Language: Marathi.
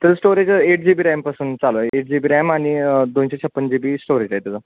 त्याचं स्टोरेज एट जी बी रॅमपासून चालू आहे एट जी बी रॅम आणि दोनशे छप्पन जी बी स्टोरेज आहे त्याचं